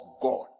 God